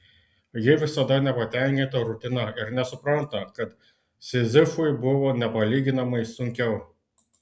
ji visada nepatenkinta rutina ir nesupranta kad sizifui buvo nepalyginamai sunkiau